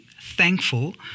thankful